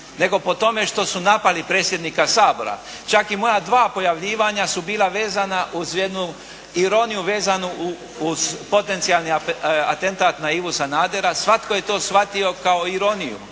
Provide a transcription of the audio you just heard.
nego po tome što su napali predsjednika Sabora. Čak i moja dva pojavljivanja su bila vezana uz jednu ironiju vezanu uz potencijalni atentat na Ivu Sanadera. Svatko je to shvatio kao ironiju,